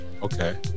Okay